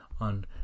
on